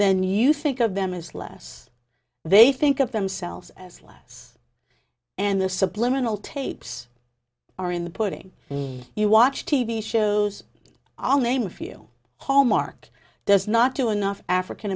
then you think of them as less they think of themselves as less and their subliminal tapes are in the putting you watch t v shows i'll name a few hallmarked does not do enough african